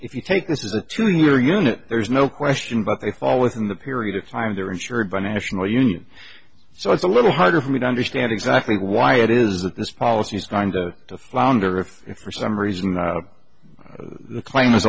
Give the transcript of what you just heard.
if you take this is a two year unit there's no question but they fall within the period of time they're insured by national union so it's a little harder for me to understand exactly why it is that this policy is going to flounder if for some reason the claim